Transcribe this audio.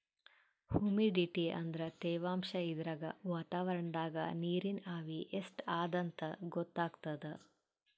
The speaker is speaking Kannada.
ಹುಮಿಡಿಟಿ ಅಂದ್ರ ತೆವಾಂಶ್ ಇದ್ರಾಗ್ ವಾತಾವರಣ್ದಾಗ್ ನೀರಿನ್ ಆವಿ ಎಷ್ಟ್ ಅದಾಂತ್ ಗೊತ್ತಾಗ್ತದ್